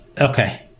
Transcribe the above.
Okay